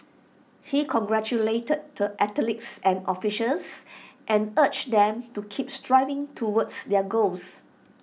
he congratulated the athletes and officials and urged them to keep striving towards their goals